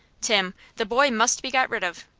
tim, the boy must be got rid of.